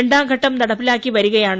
രണ്ടാംഘട്ടം നടപ്പിലാക്കി വരികയാണ്